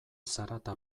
zarata